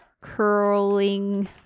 curling